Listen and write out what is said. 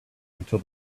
until